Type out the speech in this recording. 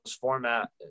format